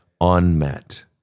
unmet